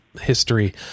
history